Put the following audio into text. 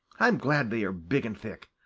i'm glad they are big and thick.